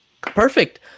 Perfect